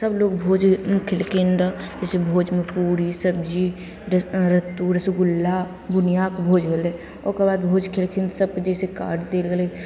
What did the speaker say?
सभलोक भोज खएलखिन रहै जइसे भोजमे पूरी सबजी रस रत्तू लड्डू रसगुल्ला बुनिआके भोज भेलै ओकर बाद भोज खएलखिन सभकेँ जइसे कार्ड देल गेलै